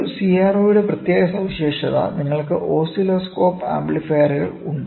ഒരു CRO യുടെ പ്രത്യേക സവിശേഷത നിങ്ങൾക്ക് ഓസിലോസ്കോപ്പ് ആംപ്ലിഫയറുകളുണ്ട്